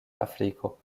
afriko